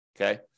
Okay